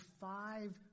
five